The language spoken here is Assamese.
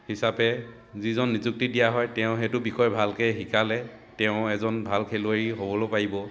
হিচাপে যিজন নিযুক্তি দিয়া হয় তেওঁ সেইটো বিষয় ভালকৈ শিকালে তেওঁ এজন ভাল খেলুৱৈ হ'বলৈ পাৰিব